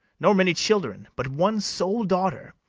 nor many children, but one sole daughter,